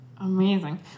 Amazing